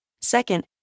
Second